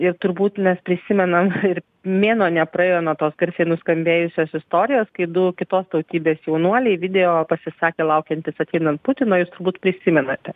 ir turbūt mes prisimenam ir mėnuo nepraėjo nuo tos garsiai nuskambėjusios istorijos kai du kitos tautybės jaunuoliai video pasisakė laukiantys ateinant putino jūs turbūt prisimenate